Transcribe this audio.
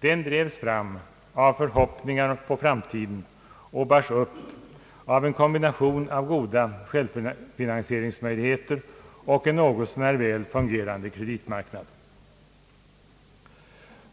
Den drevs fram av förhoppningar på framtiden och bars upp av en kombination av goda självfinansieringsmöjligheter och en något så när väl fungerande kreditmarknad.